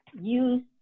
use